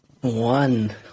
one